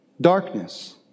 Darkness